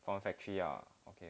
from factory ah okay